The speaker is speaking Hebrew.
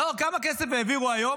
נאור, כמה כסף העבירו היום?